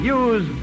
use